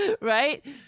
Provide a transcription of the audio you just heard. Right